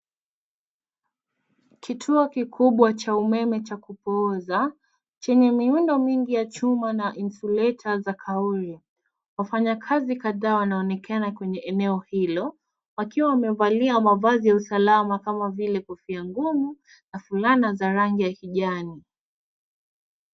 Kituo kikubwa cha umeme cha kupooza, chenye miundo mingi ya chuma na insulator za kauli. Wafanyakazi kadhaa wanaonekana kwenye eneo hilo, wakiwa wamevalia mavazi ya usalama kama vile kofia ngumu na fulana za rangi ya kijani.